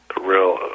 Real